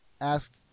asked